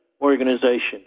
Organization